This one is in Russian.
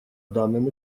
данном